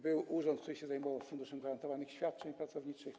Był urząd, który się zajmował Funduszem Gwarantowanych Świadczeń Pracowniczych.